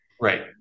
Right